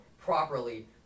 properly